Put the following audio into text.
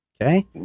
Okay